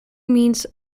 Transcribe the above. means